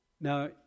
Now